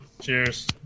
Cheers